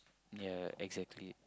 ya exactly